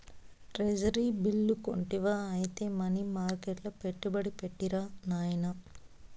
treasury bill కొంటివా ఐతే money మర్కెట్ల పెట్టుబడి పెట్టిరా నాయనా